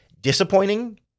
disappointing